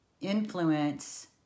influence